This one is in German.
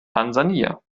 tansania